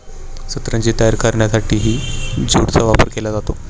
सतरंजी तयार करण्यासाठीही ज्यूटचा वापर केला जातो